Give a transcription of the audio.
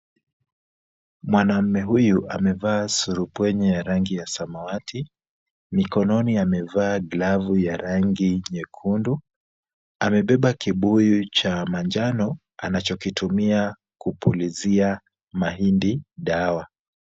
Mwanamume huyu amevaa surupwenye ya rangi ya samawati. Mikononi amevaa glavu ya rangi nyekundu. Amebeba kibuyu cha manjano anachokitumia kupulizia mahindi dawa.